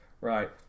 Right